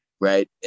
right